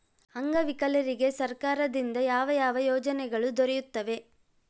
ಅಂಗವಿಕಲರಿಗೆ ಸರ್ಕಾರದಿಂದ ಯಾವ ಯಾವ ಯೋಜನೆಗಳು ದೊರೆಯುತ್ತವೆ?